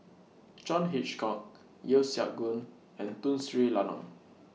John Hitchcock Yeo Siak Goon and Tun Sri Lanang